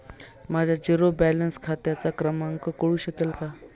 माझ्या zero balance खात्याचा क्रमांक कळू शकेल का?